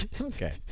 Okay